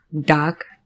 dark